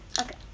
Okay